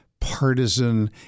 partisan